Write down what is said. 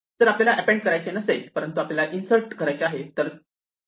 जर आपल्याला अँपेन्ड करायचे नसेल परंतु आपल्याला इन्सर्ट करायचे आहे तर काय